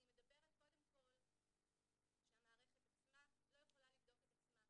אני מדברת קודם כל על זה שהמערכת עצמה לא יכולה לבדוק את עצמה.